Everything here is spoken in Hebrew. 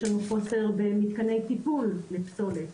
יש לנו חוסר במתקני טיפול לפסולת,